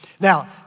Now